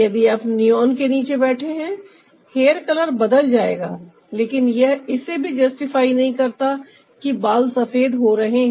यदि आप नियोन के नीचे बैठे हैं हेयर कलर बदल जाएगा लेकिन यह इसे भी जस्टिफाई नहीं करता कि बाल सफेद हो रहे हैं